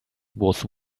was